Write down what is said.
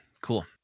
cool